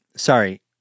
Sorry